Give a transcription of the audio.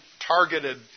targeted